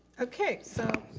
okay, so